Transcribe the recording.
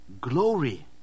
glory